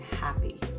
happy